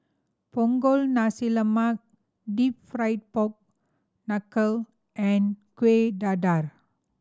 Punggol Nasi Lemak Deep Fried Pork Knuckle and Kueh Dadar